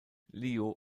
leo